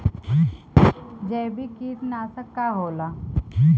जैविक कीटनाशक का होला?